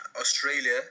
Australia